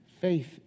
faith